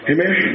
Amen